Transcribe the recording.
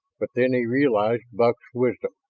but then he realized buck's wisdom.